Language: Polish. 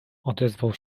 odezwał